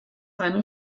eine